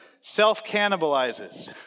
self-cannibalizes